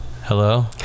hello